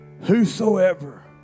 whosoever